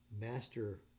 master